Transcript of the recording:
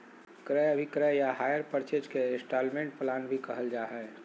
क्रय अभिक्रय या हायर परचेज के इन्स्टालमेन्ट प्लान भी कहल जा हय